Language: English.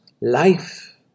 life